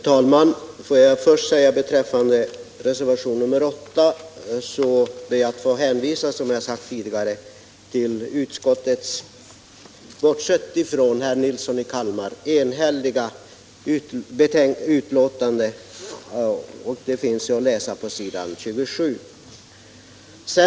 Herr talman! Beträffande reservationen 8 ber jag få hänvisa till utskottets — bortsett från herr Nilsson i Kalmar — enhälliga uttalande. Det finns att läsa på s. 27.